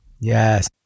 yes